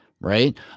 right